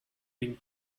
been